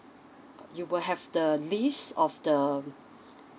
you will have the the list of the um